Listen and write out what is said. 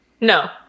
no